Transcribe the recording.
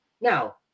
Now